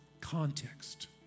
context